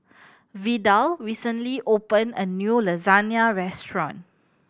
Vidal recently opened a new Lasagna Restaurant